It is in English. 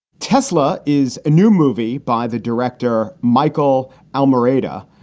tesla is a new movie by the director, michael almereyda.